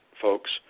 folks